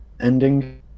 ending